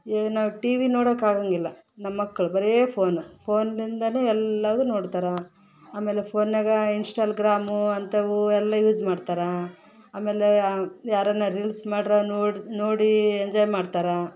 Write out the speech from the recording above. ಇವಾಗ್ ನಾವು T V ನೋಡೋಕೆ ಆಗೊಂಗಿಲ್ಲ ನಮ್ಮಮಕ್ಕಳ್ ಬರೇ ಫೋನ್ ಫೋನಿಂದಲೇ ಎಲ್ಲದು ನೋಡ್ತಾರಾ ಆಮೇಲೆ ಫೋನ್ನಾಗ ಇನ್ಸ್ಟಾಲ್ಗ್ರಾಮು ಅಂಥವು ಎಲ್ಲ ಯೂಸ್ ಮಾಡ್ತಾರೆ ಆಮೇಲೆ ಯಾರಾನ ರೀಲ್ಸ್ ಮಾಡೊರ ನೋಡಿ ನೋಡಿ ಎಂಜಾಯ್ ಮಾಡ್ತಾರ